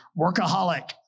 workaholic